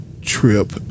trip